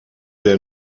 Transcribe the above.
der